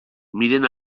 miren